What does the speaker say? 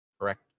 Correct